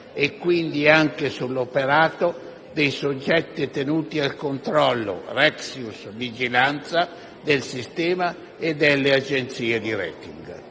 quindi anche sull'operato dei soggetti tenuti al controllo, *rectius* vigilanza, del sistema e delle agenzie di *rating*.